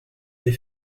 des